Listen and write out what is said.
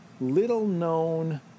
little-known